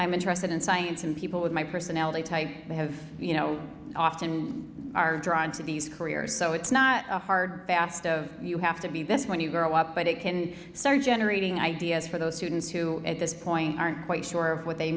i'm interested in science and people with my personality type have you know often are drawn to these careers so it's not a hard fast of you have to be this when you grow up but it can start generating ideas for those students who at this point aren't quite sure of what they